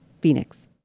Phoenix